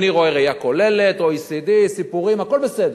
אני רואה ראייה כוללת, OECD, סיפורים, הכול בסדר.